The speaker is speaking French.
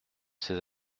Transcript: ces